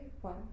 one